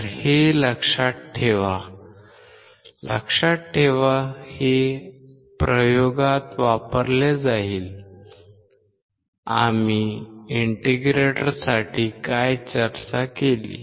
तर हे लक्षात ठेवा लक्षात ठेवा हे प्रयोगात वापरले जाईल आम्ही इंटिग्रेटरसाठी काय चर्चा केली आहे